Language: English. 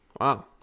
Wow